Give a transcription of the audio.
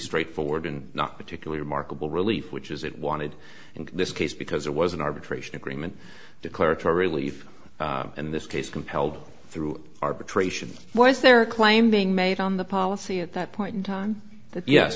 straightforward and not particularly remarkable relief which is it wanted in this case because there was an arbitration agreement declaratory relief in this case compelled through arbitration why is there a claim being made on the policy at that point in time